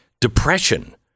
depression